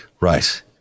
right